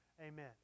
Amen